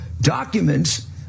documents